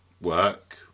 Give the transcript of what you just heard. work